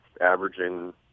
averaging